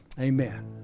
Amen